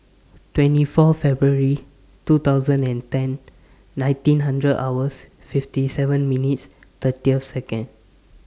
twenty four February two thousand and ten nineteen hundred hours fifty seven minutes thirty Seconds